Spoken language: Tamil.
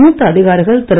மூத்த அதிகாரிகள் திரு